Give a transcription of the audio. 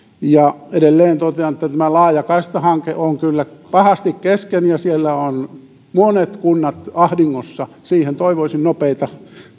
edelleen totean että tämä laajakaistahanke on kyllä pahasti kesken ja siellä ovat monet kunnat ahdingossa siihen toivoisin nopeita